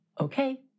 Okay